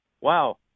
wow